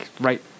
right